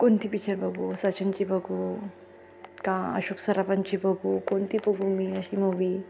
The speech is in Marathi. कोणती पिचर बघू सचिनची बघू का अशोक सराफांची बघू कोणती बघू मी अशी मूव्ही